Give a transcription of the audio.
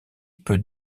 peut